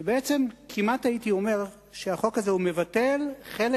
בעצם כמעט הייתי אומר שהחוק הזה מבטל חלק